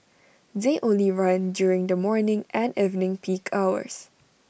they only run during the morning and evening peak hours